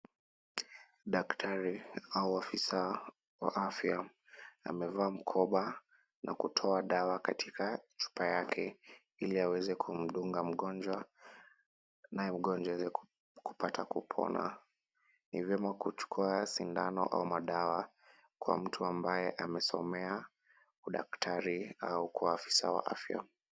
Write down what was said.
Daktari au afisa wa afya amevaa mkoba na kutoa dawa katika chupa yake ili aweze kumdunga mgonjwa naye mgonjwa aweze kupata kupona. Ni vyema kuchukua sindano au madawa kwa mtu ambaye amesomea udaktari au kwa afisa wa afya.